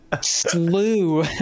slew